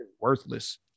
worthless